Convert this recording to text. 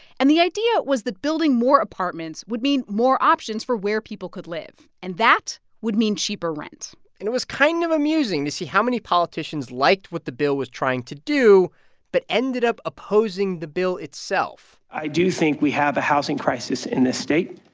and the idea was that building more apartments would mean more options for where people could live, and that would mean cheaper rent it was kind of amusing to see how many politicians liked what the bill was trying to do but ended up opposing the bill itself i do think we have a housing crisis in this state,